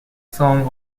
song